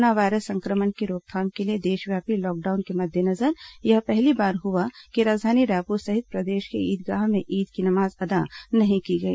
corona virus संक्रमण की रोकथाम के लिए देशव्यापी लॉकडाउन के मद्देनजर यह पहली बार हुआ है कि राजधानी रायपुर सहित प्रदेश के ईदगाह में ईद की नमाज अदा नहीं की गई